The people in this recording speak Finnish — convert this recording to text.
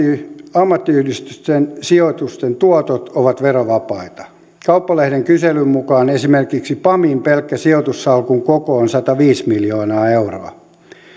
ammattiyhdistysten sijoitusten tuotot ovat verovapaita kauppalehden kyselyn mukaan esimerkiksi pamin pelkkä sijoitussalkun koko on sataviisi miljoonaa euroa